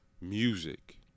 music